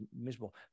miserable